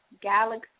Galaxy